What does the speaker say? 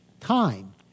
Time